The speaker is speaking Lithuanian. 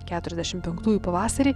keturiasdešim penktųjų pavasarį